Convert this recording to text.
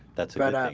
that's right up